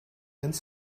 ins